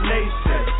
Nation